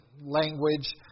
language